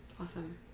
Awesome